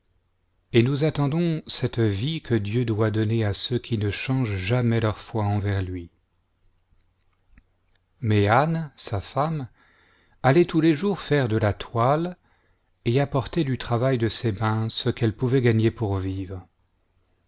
et nous attendons cette vie que dieu doit donner à ceux qui ne changent jamais leur foi envers lui mais anne sa femme allait tous les jours faire de la toile et apportait du travail de ses mains ce qu'elle pouvait gagner pour vivre